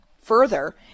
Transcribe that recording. further